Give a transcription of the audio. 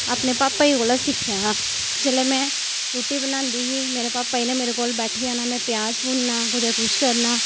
अपने पापा जी कोला सिक्खेआ हा जिसलै मैं रूट्टी बनांदी ही मेरे पापा जी ने मेरे कोल बैठी जाना मैं प्याज भुनना कुतै कुछ करना